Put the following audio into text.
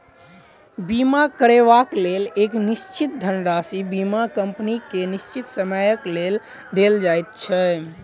बीमा करयबाक लेल एक निश्चित धनराशि बीमा कम्पनी के निश्चित समयक लेल देल जाइत छै